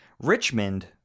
Richmond